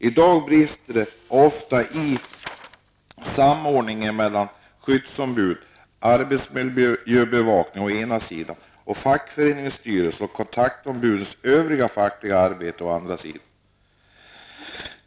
I dag brister det ofta i samordningen mellan å ena sidan skyddsombudens arbetsmiljöbevakning och å andra sidan fackstyrelsens och kontaktombudens övriga fackliga arbete.